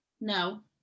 no